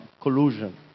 collusion